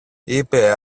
είπε